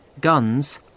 guns